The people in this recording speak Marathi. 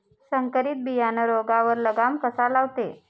संकरीत बियानं रोगावर लगाम कसा लावते?